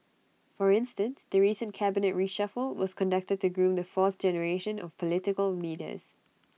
for instance the recent cabinet reshuffle was conducted to groom the fourth generation of political leaders